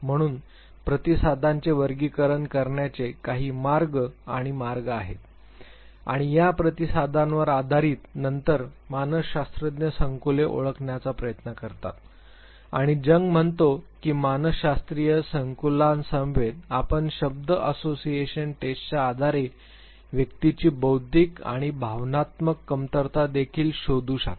म्हणून प्रतिसादांचे वर्गीकरण करण्याचे काही मार्ग आणि मार्ग आहेत आणि या प्रतिसादांवर आधारित नंतर मानसशास्त्रज्ञ संकुले ओळखण्याचा प्रयत्न करतो आणि जंग म्हणतो की मानसशास्त्रीय संकुलांसमवेत आपण शब्द असोसिएशन टेस्टच्या आधारे व्यक्तीची बौद्धिक आणि भावनात्मक कमतरता देखील शोधू शकता